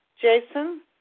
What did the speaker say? Jason